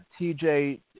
TJ